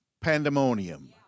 pandemonium